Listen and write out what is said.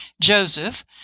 Joseph